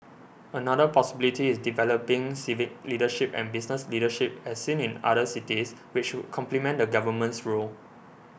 another possibility is developing civic leadership and business leadership as seen in other cities which could complement the Government's role